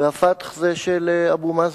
וה"פתח" זה של אבו מאזן.